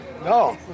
No